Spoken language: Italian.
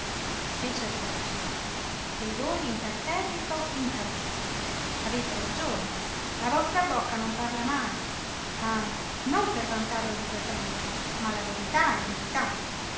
fece peggio grigòli imperterrito incalzò avete ragione la vostra bocca non parla mai ah non per vantarlo di presenza ma la verità è verità